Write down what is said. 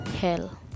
hell